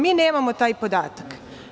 Mi nemamo taj podatak.